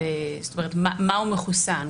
מהו מחוסן.